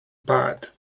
pad